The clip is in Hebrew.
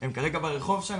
הם בשנה